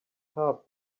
half